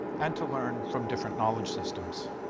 and to learn from different knowledge systems.